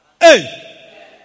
Hey